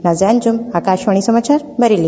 नाजिया अंजुम आकाशवाणी समाचार बरेली